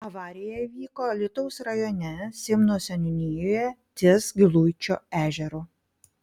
avarija įvyko alytaus rajone simno seniūnijoje ties giluičio ežeru